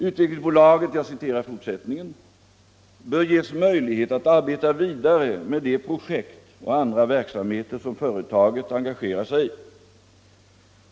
Utvecklingsbolaget bör ges möjlighet att arbeta vidare med de projekt och andra verksamheter som företaget engagerat sig i.